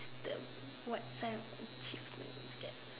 the what type of achievements that